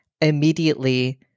immediately